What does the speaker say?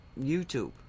YouTube